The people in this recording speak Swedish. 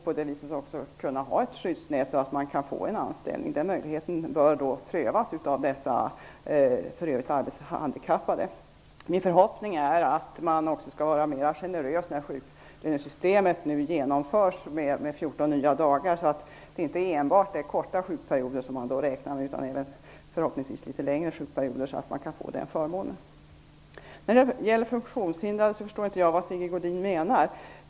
På det viset får man också ett skyddsnät så att man kan få en anställning. Den möjligheten bör prövas av de arbetshandikappade. Min förhoppning är att man också skall vara mer generös när ett sjuklönesystem med ytterligare 14 dagar nu införs, så att man inte enbart räknar korta sjukperioder utan även litet längre sjukperioder. Då kan även dessa grupper få den förmånen. När det gäller de funktionshindrade förstår inte jag vad Sigge Godin menar.